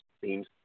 themes